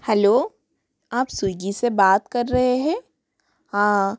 hello आप स्विग्गी से बात कर रहे हैं हाँ